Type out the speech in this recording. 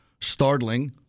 startling